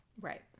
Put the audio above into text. Right